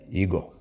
ego